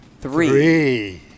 Three